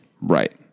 Right